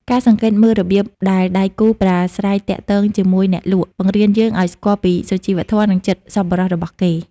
ការសង្កេតមើលរបៀបដែលដៃគូប្រាស្រ័យទាក់ទងជាមួយអ្នកលក់ បង្រៀនយើងឱ្យស្គាល់ពីសុជីវធម៌ និងចិត្តសប្បុរសរបស់គេ។